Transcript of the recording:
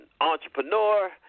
entrepreneur